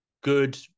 good